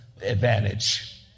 advantage